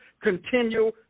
continue